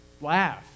laugh